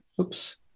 Oops